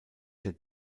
der